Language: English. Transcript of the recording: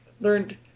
learned